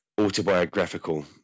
autobiographical